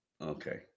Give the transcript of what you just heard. Okay